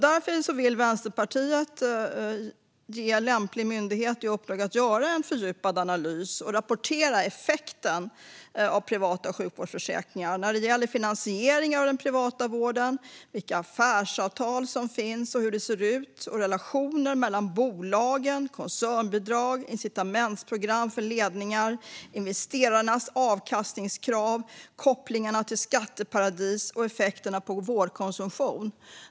Därför vill Vänsterpartiet ge lämplig myndighet i uppdrag att göra en fördjupad analys och rapportera effekten av privata sjukvårdsförsäkringar när det gäller finansiering av den privata vården, vilka affärsavtal som finns och hur de ser ut, relationer mellan bolagen, koncernbidrag, incitamentsprogram för ledningar, investerarnas avkastningskrav, kopplingarna till skatteparadis och effekterna på vårdkonsumtion.